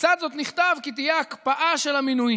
לצד זאת נכתב כי תהיה הקפאה של המינויים.